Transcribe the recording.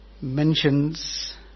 mentions